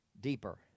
deeper